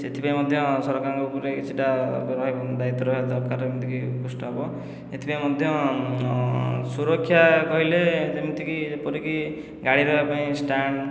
ସେଥିପାଇଁ ମଧ୍ୟ ସରକାରଙ୍କ ଉପରେ କିଛିଟା ଦାୟିତ୍ଵ ରହିବା ଦରକାର ଯେମିତିକି ଉତ୍କୃଷ୍ଟ ହେବ ଏଥିପାଇଁ ମଧ୍ୟ ସୁରକ୍ଷା କହିଲେ ଯେମିତିକି ଯେପରିକି ଗାଡ଼ି ରହିବା ପାଇଁ ଷ୍ଟାଣ୍ଡ